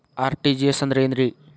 RTGS ಅಂದ್ರ ಏನ್ರಿ?